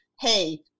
hey